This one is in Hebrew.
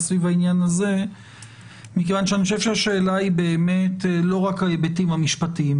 בעניין הזה מכיוון שאני חושב שהשאלה היא לא רק ההיבט המשפטי.